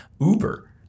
uber